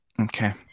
okay